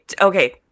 Okay